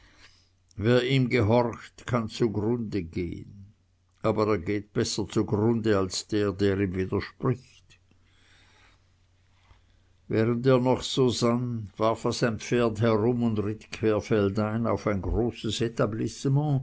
wer ihm gehorcht kann zugrunde gehn aber er geht besser zugrunde als der der ihm widerspricht während er noch so sann warf er sein pferd herum und ritt querfeldein auf ein großes etablissement